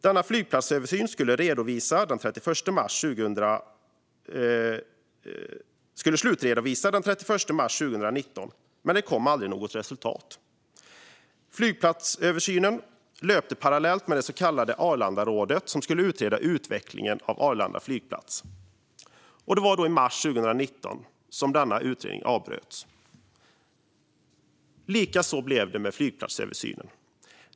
Denna flygplatsöversyn skulle redovisas den 31 mars 2019, men det kom aldrig något resultat. Flygplatsöversynen löpte parallellt med det så kallade Arlandarådet, som skulle utreda utvecklingen av Arlanda flygplats. I mars 2019 avbröts den utredningen, och på samma sätt blev det med flygplatsöversynen.